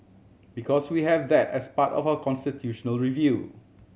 because we have that as part of our constitutional review